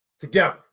together